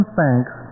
thanks